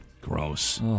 Gross